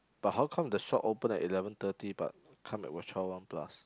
but how come the shop open at eleven thirty but come at twelve one plus